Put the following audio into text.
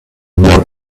more